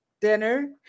dinner